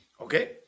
Okay